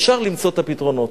אפשר למצוא את הפתרונות.